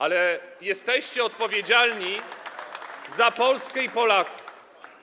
Ale jesteście odpowiedzialni za Polskę i Polaków.